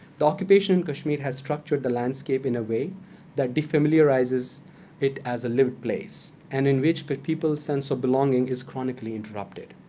the occupation in kashmir has structured the landscape in a way that defamiliarizes it as a lived place, and in which the but people's sense of belonging is chronically interrupted.